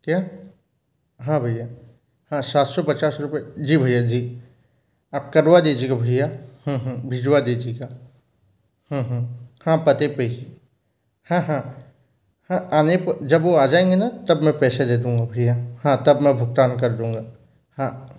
क्या हाँ भैया हाँ सात सौ पचास रुपए जी भैया जी आप करवा दीजिएगा भैया भिजवा दीजिएगा हाँ पते पर ही हाँ हाँ हाँ आने को जब वह आ जाएंगे न तब मैं पैसे दे दूँगा भैया हाँ तब मैं भुगतान कर दूँगा हाँ